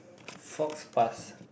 forks pass